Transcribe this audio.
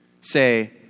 say